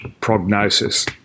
prognosis